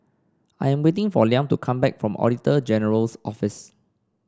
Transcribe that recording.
I am waiting for Liam to come back from Auditor General's Office